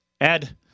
Ed